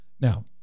now